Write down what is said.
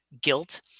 guilt